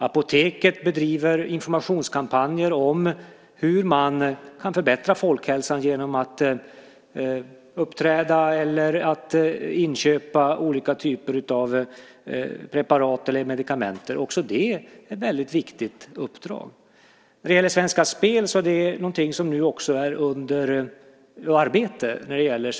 Apoteket bedriver informationskampanjer om hur man kan förbättra folkhälsan genom sättet att uppträda eller genom att inköpa olika typer av preparat, medikament. Också det är ett väldigt viktigt uppdrag. När det gäller Svenska Spels marknadsföring är samma sak under arbete.